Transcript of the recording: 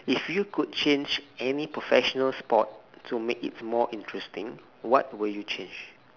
if you could change any professional sport to make it more interesting what would you change